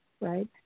right